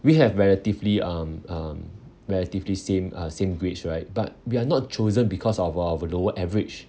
we have relatively um um relatively same uh same grades right but we are not chosen because of a of a lower average